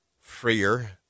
freer